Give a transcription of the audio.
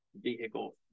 vehicle